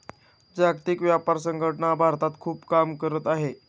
जागतिक व्यापार संघटना भारतात खूप काम करत आहे